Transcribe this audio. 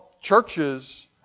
churches